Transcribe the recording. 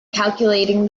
calculating